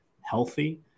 healthy